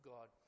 God